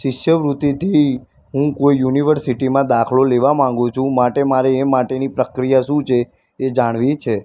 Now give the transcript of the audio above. શિષ્યવૃત્તિથી હું કોઈ યુનિવર્સિટીમાં દાખલો લેવા માગુ છું માટે મારે એ માટેની પ્રક્રિયા શું છે એ જાણવી છે